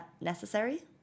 necessary